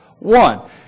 One